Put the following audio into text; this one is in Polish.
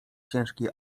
ciężkiej